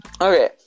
Okay